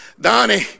Donnie